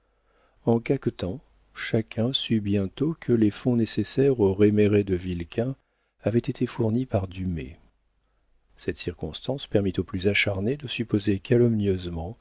en caquetant chacun sut bientôt que les fonds nécessaires au réméré de vilquin avaient été fournis par dumay cette circonstance permit aux plus acharnés de supposer